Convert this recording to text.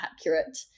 accurate